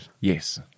Yes